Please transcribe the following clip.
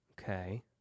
Okay